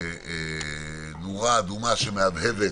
נורה אדומה שמהבהבת